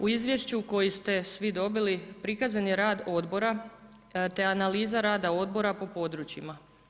U izvješću koje ste svi dobili prikazan je rad odbora te analiza rada odbora po područjima.